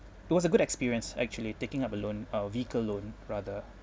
it was a good experience actually taking up a loan uh vehicle loan rather